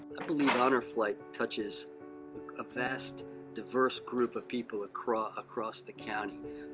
believe honor flight touches a vast diverse group of people across across the county.